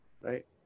right